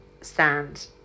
stand